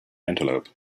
antelope